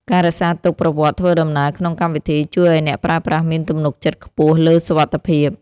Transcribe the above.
ការរក្សាទុកប្រវត្តិធ្វើដំណើរក្នុងកម្មវិធី ជួយឱ្យអ្នកប្រើប្រាស់មានទំនុកចិត្តខ្ពស់លើសុវត្ថិភាព។